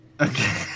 Okay